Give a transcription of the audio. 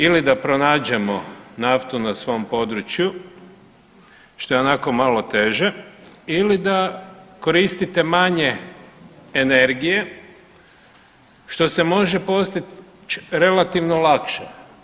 Ili da pronađemo naftu na svom području što je onako malo teže ili da koristite manje energije što se može postići relativno lakše.